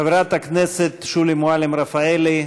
חברת הכנסת שולי מועלם-רפאלי,